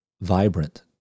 Vibrant